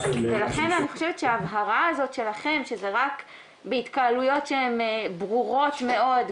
ולכן אני חושבת שההבהרה הזאת שלכם שזה רק בהתקהלויות שהן ברורות מאוד,